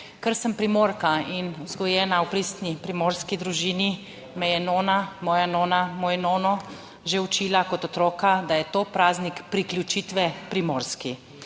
Ker sem Primorka in vzgojena v pristni primorski družini me je nona, moja nona, moj nono že učila kot otroka, da je to praznik priključitve Primorski.